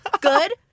good